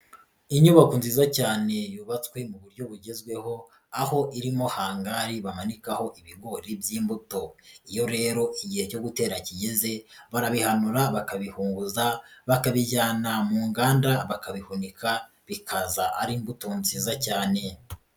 Inyubako nziza cyane yubatswe mu buryo bugezweho, aho irimo hangari bamanikaho ibigori by'imbuto. Iyo rero igihe cyo gutera kigeze, barabihanura bakabihunguza bakabijyana mu nganda bakabihunika bikaza ari imbuto nziza cyane.